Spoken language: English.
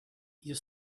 you